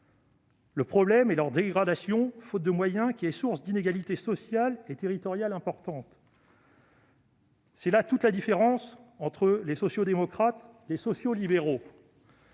Le problème vient de la dégradation, faute de moyens, de ces derniers, qui est source d'inégalités sociales et territoriales importantes. C'est là toute la différence entre les sociaux-démocrates et les sociaux-libéraux.